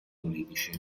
politici